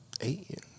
eight